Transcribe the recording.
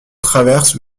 traversent